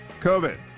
COVID